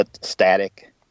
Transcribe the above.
static